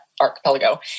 archipelago